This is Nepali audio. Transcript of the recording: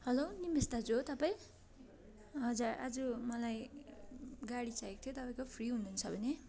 हेलो निमेश दाजु हो तपाईँ हजुर आज मलाई गाडी चाहिएको थियो तपाईँको फ्री हुनु हुन्छ भने